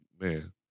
man